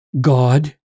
God